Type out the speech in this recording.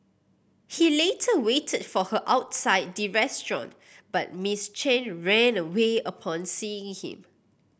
he later waited for her outside the restaurant but Miss Chen ran away upon seeing him